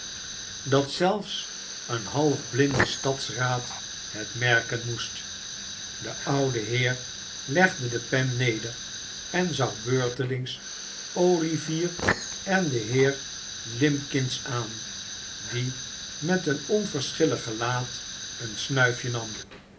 dat zelfs een half blinde stadsraad het merken moest de oude heer legde de pen neder en zag beurtelings olivier en den heer limbkins aan die met een onverschillig gelaat een snuifje nam